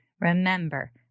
remember